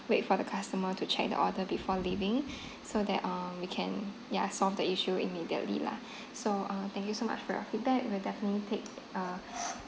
wait for the customer to check the order before leaving so that uh we can ya solve the issue immediately lah so uh thank you so much for your feedback we'll definitely take uh